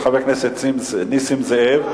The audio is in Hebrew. של חבר הכנסת נסים זאב,